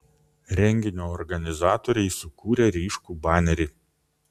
renginio organizatoriai sukūrė ryškų banerį